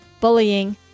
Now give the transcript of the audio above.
bullying